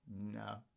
No